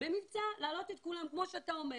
במבצע ולהעלות את כולם, כמו שאתה אומר.